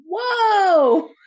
whoa